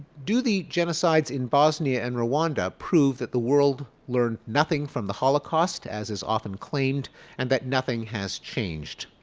do the genocides in bosnia and rwanda prove that the world learned nothing from the holocaust as is often claimed and that nothing has changed.